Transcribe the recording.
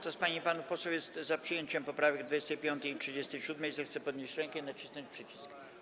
Kto z pań i panów posłów jest za przyjęciem poprawek 25. i 37., zechce podnieść rękę i nacisnąć przycisk.